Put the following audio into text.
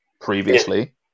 previously